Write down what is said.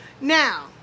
Now